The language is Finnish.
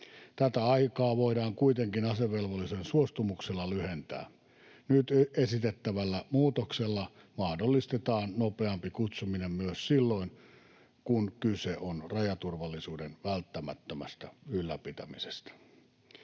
Tätä aikaa voidaan kuitenkin asevelvollisen suostumuksella lyhentää. Nyt esitettävällä muutoksella mahdollistetaan nopeampi kutsuminen myös silloin, kun kyse on rajaturvallisuuden välttämättömästä ylläpitämisestä.